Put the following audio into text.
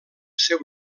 seu